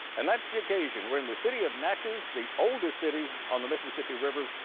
and that's the occasion. we're in the city of natchez, the oldest city on the mississippi river,